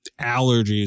allergies